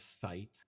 site